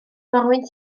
morwyn